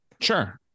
sure